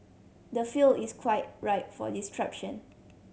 the field is quite ripe for disruption